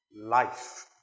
life